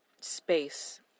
space